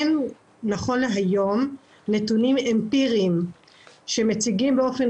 ונכון להיום אין נתונים אמפיריים שמציגים באופן